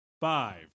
Five